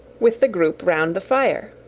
with the group round the fire.